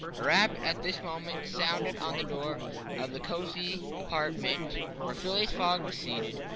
a rap at this moment sounded on the door of the cosy apartment where phileas fogg was seated,